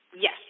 Yes